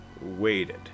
waited